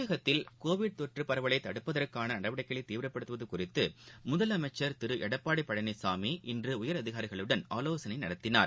தமிழகத்தில் கோவிட் தொற்றுபரவலைத் தடுப்பதற்கானநடவடிக்கைகளைதீவிரப்படுத்துவதுகுறித்துமுதலமைச்சர் திருடப்பாடிபழனிசாமி இன்றுடையர் அதிகாரிகளுடன் ஆலோசனைநடத்தினார்